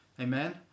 Amen